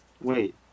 wait